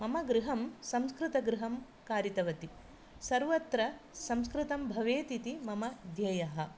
मम गृहं संस्कृतगृहं कारितवती सर्वत्र संस्कृतं भवेतिति मम ध्येयः